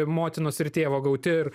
motinos ir tėvo gauti ir